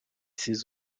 ces